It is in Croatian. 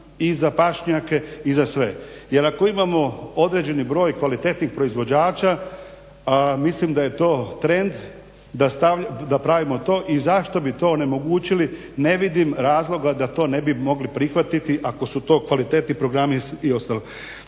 i za pašnjake i za sve. Jer ako imamo određeni broj kvalitetnih proizvođača a mislim da je to trend da pravimo to i zašto bi to onemogućili, ne vidim razloga da to ne bi mogli prihvatiti ako su to kvalitetni programi i ostalo.